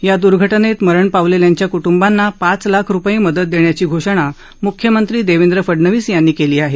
या द्र्घटनेत मरण पावलेल्यांच्या क्ट्ंबांना पाच लाख रुपये मदत देण्याची घोषणा म्ख्यमंत्री देवेंद्र फडणवीस यांनी केली आहे